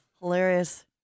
Hilarious